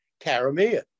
Caramia